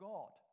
God